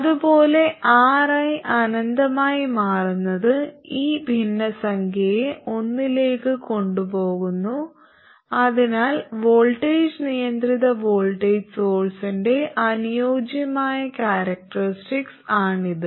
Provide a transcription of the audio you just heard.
അതുപോലെ Ri അനന്തമായി മാറുന്നത് ഈ ഭിന്നസംഖ്യയെ ഒന്നിലേക്ക് കൊണ്ടുപോകുന്നു അതിനാൽ വോൾട്ടേജ് നിയന്ത്രിത വോൾട്ടേജ് സോഴ്സ്ന്റെ അനുയോജ്യമായ ക്യാരക്ടറിസ്റ്റിക്സ് ആണിത്